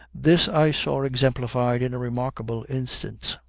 this i saw exemplified in a remarkable instance.